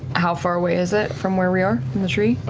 how far away is it from where we are in the tree?